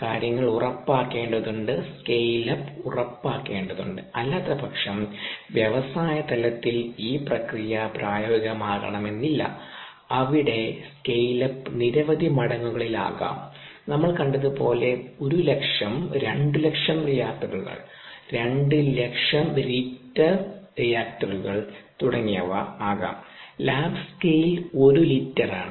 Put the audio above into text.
കാര്യങ്ങൾ ഉറപ്പാക്കേണ്ടതുണ്ട് scale up ഉറപ്പാക്കേണ്ടതുണ്ട് അല്ലാത്തപക്ഷം വ്യവസായ തലത്തിൽ ഈ പ്രക്രിയ പ്രായോഗികമാകണമെന്നില്ല അവിടെ സ്കെയിൽ അപ്പ് നിരവധി മടങ്ങുകളിൽ ആകാം നമ്മൾ കണ്ടതുപോലെ ഒരു ലക്ഷം 2 ലക്ഷം റിയാക്ടറുകൾ 2 ലക്ഷം ലിറ്റർ റിയാക്ടറുകൾ തുടങ്ങിയവ ആകാം ലാബ് സ്കെയിൽ 1 ലിറ്റർ ആണ്